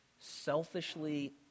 selfishly